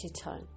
time